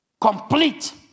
Complete